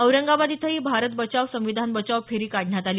औरंगाबाद इथंही भारत बचाव संविधान बचाओ फेरी काढण्यात आली